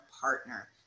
partner